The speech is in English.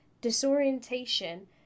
Disorientation